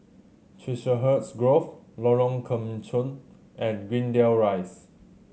Chiselhurst Grove Lorong Kemunchup and Greendale Rise